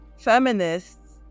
feminists